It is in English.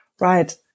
right